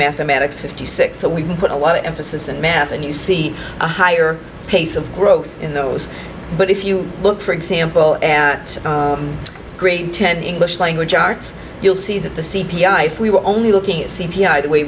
mathematics fifty six so we can put a lot of emphasis in math and you see a higher pace of growth in those but if you look for example grade ten english language arts you'll see that the c p i for we were only looking at c p i the way